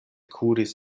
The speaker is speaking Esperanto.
kuris